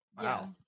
Wow